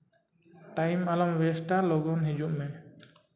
time ᱟᱞᱚᱢ West ᱞᱚᱜᱚᱱ ᱦᱤᱡᱩᱜ ᱢᱮ